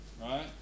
right